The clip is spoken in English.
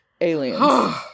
Aliens